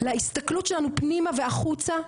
להסתכלות שלנו פנימה והחוצה,